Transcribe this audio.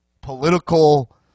political